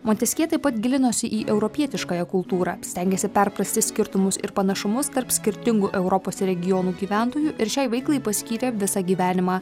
monteskjė taip pat gilinosi į europietiškąją kultūrą pstengėsi perprasti skirtumus ir panašumus tarp skirtingų europos regionų gyventojų ir šiai veiklai paskyrė visą gyvenimą